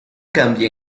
cambia